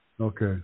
Okay